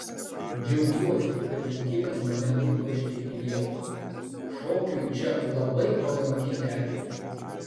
džiaugiuosi kad likimas mane nubloškė į lietuvą šokiui čia labai palanki terpė